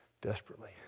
desperately